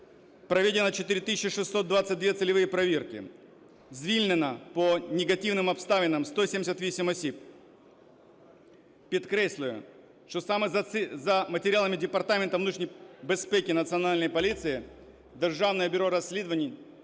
Проведено 4 тисячі 622 цільові перевірки. Звільнено по негативним обставинам 178 осіб. Підкреслюю, що саме за матеріалами Департаменту внутрішньої безпеки Національної поліції Державним бюро розслідувань